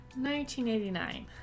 1989